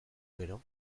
gero